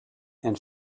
and